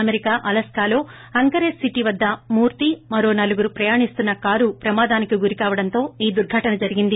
America అలస్కాలో Anchorage city వద్ద మూర్తి మరో నలుగురు ప్రయాణిస్తున్న కారు ప్రమాదానికి గురికావడంతో ఈ దుర్ఘటన జరిగింది